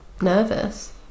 nervous